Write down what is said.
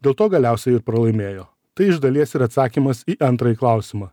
dėl to galiausiai ir pralaimėjo tai iš dalies ir atsakymas į antrąjį klausimą